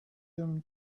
him